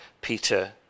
Peter